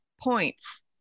points